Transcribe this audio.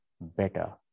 better